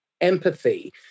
empathy